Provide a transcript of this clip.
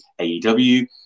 AEW